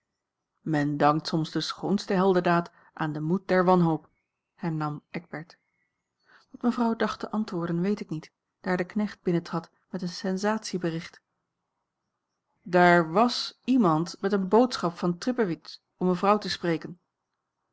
men dankt soms de schoonste heldendaad aan den moed der wanhoop hernam eckbert wat mevrouw dacht te antwoorden weet ik niet daar de knecht binnentrad met een sensatiebericht daar was iemand met een boodschap van trippewitz om mevrouw te spreken